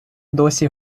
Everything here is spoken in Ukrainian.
досі